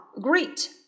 Great